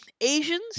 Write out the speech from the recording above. Asians